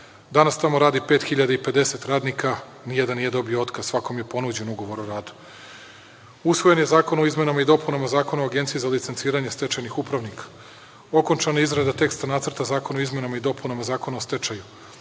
tamo radi 5.050 radnika. Nijedan nije dobio otkaz. Svakome je ponuđen ugovor o radu. Usvojen je Zakon o izmenama i dopunama Zakona o Agenciji za licenciranje stečajnih upravnika. Okončana je izrada teksta nacrta Zakona o izmenama i dopunama Zakona o stečaju.